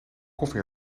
koffie